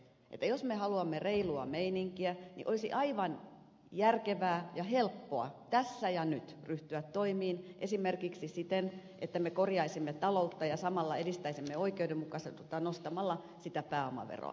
jos me haluamme reilua meininkiä olisi aivan järkevää ja helppoa tässä ja nyt ryhtyä toimiin esimerkiksi siten että me korjaisimme taloutta ja samalla edistäisimme oikeudenmukaisuutta nostamalla sitä pääomaveroa